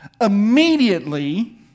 immediately